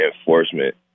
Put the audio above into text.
enforcement